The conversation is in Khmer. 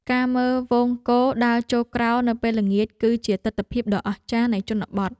ការមើលហ្វូងគោដើរចូលក្រោលនៅពេលល្ងាច គឺជាទិដ្ឋភាពដ៏អស្ចារ្យនៃជនបទ។